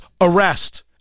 arrest